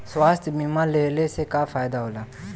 स्वास्थ्य बीमा लेहले से का फायदा होला?